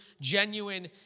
genuine